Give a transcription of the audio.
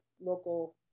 local